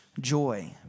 joy